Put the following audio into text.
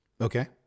Okay